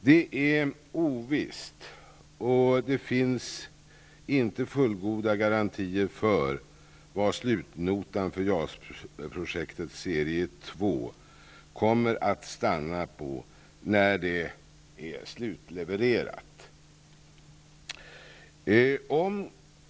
Det är ovisst och det finns inte fullgoda garantier för vad slutnotan för JAS-projektet serie 2 kommer att stanna på när det är slutlevererat.